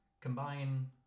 combine